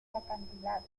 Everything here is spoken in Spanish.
acantilados